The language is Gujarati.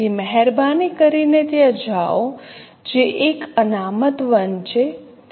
તેથી મહેરબાની કરીને ત્યાં જાઓ જે એક અનામત વન છે